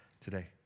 today